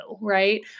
right